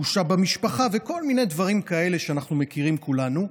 בושה במשפחה וכל מיני דברים כאלה שאנחנו מכירים כולנו.